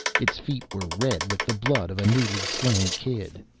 its feet were red with the blood of a newly-slain kid,